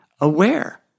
aware